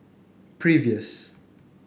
previous